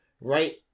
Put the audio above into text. right